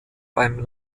beim